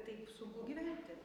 taip sunku gyventi